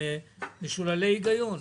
הם משוללי היגיון.